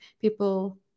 people